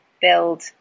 build